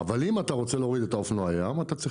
אבל אם אתה רוצה להוריד את אופנוע הים אתה צריך